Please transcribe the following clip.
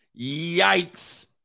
Yikes